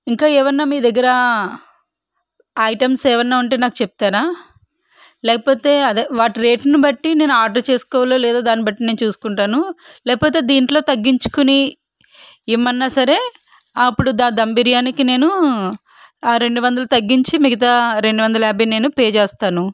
ఇంకా ఏమన్నా మీ దగ్గర ఐటమ్స్ ఏమన్నా ఉంటే నాకు చెప్తారా లేకపోతే అదే వాటి రేట్ని బట్టి నేను ఆర్డర్ చేసుకోవాలో లేదో దాని బట్టి నేను చూసుకుంటాను లేకపోతే దీంట్లో తగ్గించుకుని ఇమ్మన్నా సరే అప్పుడు ద దమ్ బిర్యానీకి ఆ నేను రెండు వందలు తగ్గించి మిగతా రెండు వందల యాభై నేను పే చేస్తాను